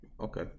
Okay